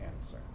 answer